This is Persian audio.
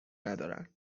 ندارن